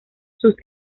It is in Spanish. sus